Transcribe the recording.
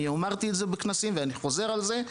אני אמרתי את זה בכנסי ואני חוזר על זה,